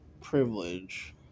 privilege